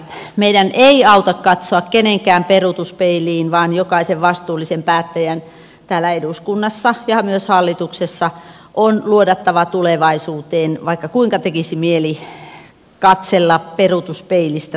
meidän ei auta katsoa kenenkään peruutuspeiliin vaan jokaisen vastuullisen päättäjän täällä eduskunnassa ja myös hallituksessa on luodattava tulevaisuuteen vaikka kuinka tekisi mieli katsella peruutuspeilistä taaksepäin